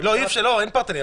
אין פרטני.